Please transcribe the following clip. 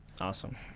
Awesome